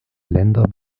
länder